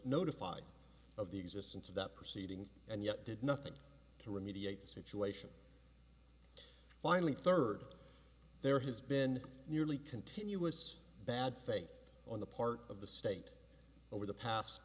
notified of the existence of that proceeding and yet did nothing to remediate the situation finally third there has been nearly continuous bad faith on the part of the state over the past